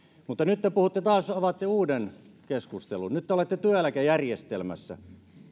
mutta nyt te puhutte taas avaatte uuden keskustelun nyt te olette työeläkejärjestelmässä